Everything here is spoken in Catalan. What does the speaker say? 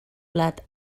plat